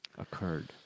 Occurred